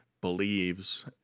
believes